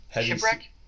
Shipwreck